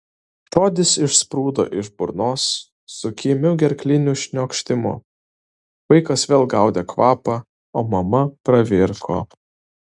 žodis išsprūdo iš burnos su kimiu gerkliniu šniokštimu vaikas vėl gaudė kvapą o mama pravirko